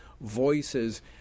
voices